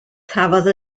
cafodd